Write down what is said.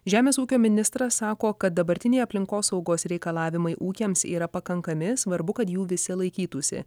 žemės ūkio ministras sako kad dabartiniai aplinkosaugos reikalavimai ūkiams yra pakankami svarbu kad jų visi laikytųsi